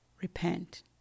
repent